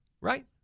Right